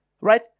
Right